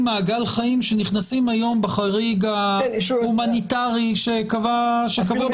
מעגל שנכנסים היום בחריג ההומניטרי שקבעו.